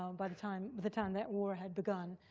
um by the time but the time that war had begun.